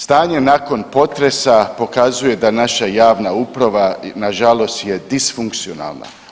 Stanje nakon potresa pokazuje da naša javna uprava nažalost je disfunkcionalna.